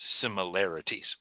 similarities